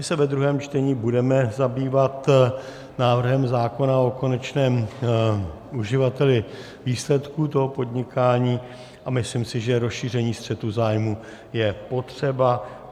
My se ve druhém čtení budeme zabývat návrhem zákona o konečném uživateli výsledků toho podnikání a myslím si, že rozšíření střetu zájmů je potřeba.